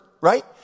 right